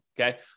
okay